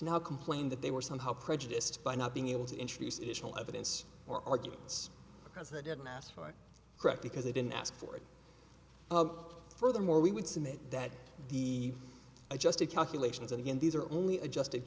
now complain that they were somehow prejudiced by not being able to introduce additional evidence or arguments because they didn't ask for correct because they didn't ask for it furthermore we would submit that the adjusted calculations and again these are only adjusted